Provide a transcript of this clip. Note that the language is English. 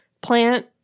plant